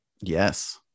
yes